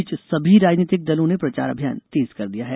इस बीच सभी राजनीतिक दलों ने प्रचार अभियान तेज कर दिया है